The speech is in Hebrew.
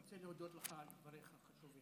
אני רוצה להודות לך, מכובדי השר.